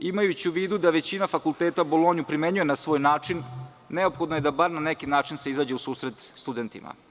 Imajući u vidu da većina fakulteta Bolonju primenjuje na svoj način, neophodno je da bar na neki način se izađe u susret studentima.